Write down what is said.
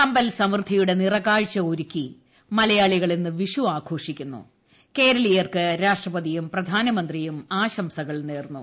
സമ്പൽസമൃദ്ധിയുടെ നിറകാഴ്ച ഒരുക്കി മലയാളികൾ ഇന്ന് വിഷു ആഘോഷിക്കുന്നു കേരളീയർക്ക് രാഷ്ട്രപതിയും പ്രധാനമന്ത്രിയും ആശംസകൾ നേർന്നു